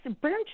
brown